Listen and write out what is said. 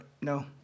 no